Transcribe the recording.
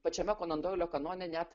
pačiame konondoilio kanone net